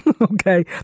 Okay